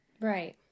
right